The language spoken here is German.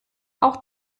auch